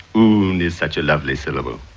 oon is such a lovely syllable.